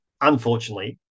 unfortunately